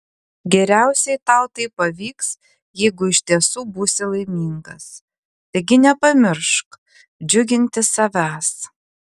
geriausiai tau tai pavyks jeigu iš tiesų būsi laimingas taigi nepamiršk džiuginti savęs